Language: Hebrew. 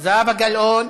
זהבה גלאון,